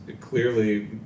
clearly